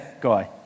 guy